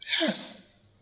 Yes